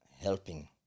helping